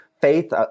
faith